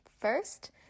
first